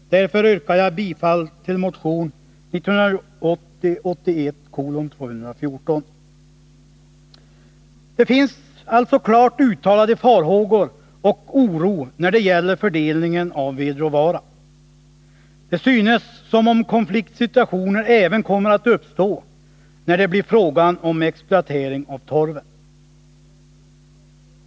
Därför yrkar jag bifall till motion 1980/81:214. Det finns alltså klart uttalade farhågor och en oro när det gäller fördelningen av vedråvara. Det synes som om konfliktsituationer skulle komma att uppstå även när det blir fråga om exploatering av torven.